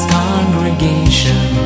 congregation